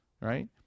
Right